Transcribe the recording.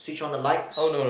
switch on the lights